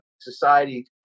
society